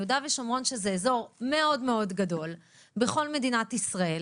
שזה אזור מאוד גדול ממדינת ישראל,